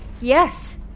Yes